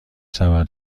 سبد